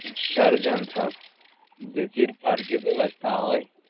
surgeon सब जे चीरफाड़ के ब्यवस्था अछि